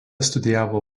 studijavo